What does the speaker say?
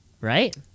right